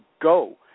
go